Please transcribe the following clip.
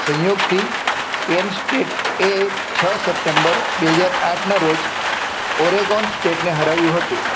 સંયોગથી Penn સ્ટેટે છ September બે હજાર આઠના રોજ ઓરેગોન સ્ટેટને હરાવ્યું હતું